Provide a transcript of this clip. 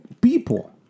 people